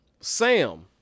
Sam